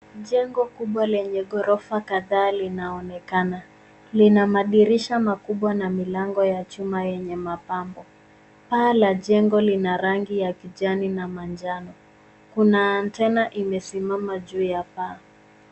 Jengo kubwa lenye ghorofa kadhaa linaonekana. Lina madirisha makubwa na milango ya chuma yenye mapambo. Paa la jengo lina rangi ya kijani na manjano. Kuna antena imesimama juu ya paa.